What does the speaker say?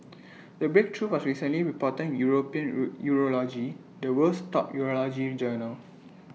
the breakthrough was recently reported in european rule urology the world's top urology in journal